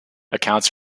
accounts